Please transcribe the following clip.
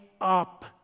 up